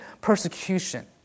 persecution